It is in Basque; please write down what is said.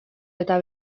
eta